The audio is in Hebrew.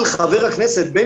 אני הבנתי את מה שקרה לך באקספו.